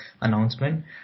announcement